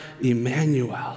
Emmanuel